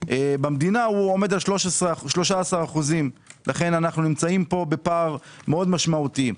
במדינה עומד על 13%. לכן אנו נמצאים פה בפער מאוד משמעותי.